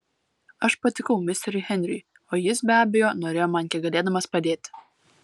aš patikau misteriui henriui o jis be abejo norėjo man kiek galėdamas padėti